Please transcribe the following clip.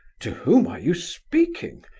to whom are you speaking?